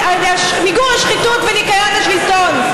מיגור השחיתות וניקיון השלטון.